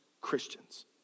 Christians